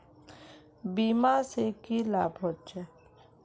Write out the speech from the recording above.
बीमा से की लाभ होचे?